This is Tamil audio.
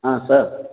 ஆ சார்